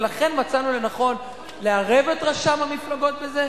ולכן מצאנו לנכון לערב את רשם המפלגות בזה.